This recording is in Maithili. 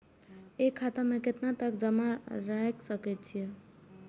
एक खाता में केतना तक जमा राईख सके छिए?